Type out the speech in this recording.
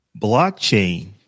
Blockchain